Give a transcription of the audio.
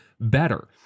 better